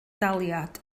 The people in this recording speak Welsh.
daliad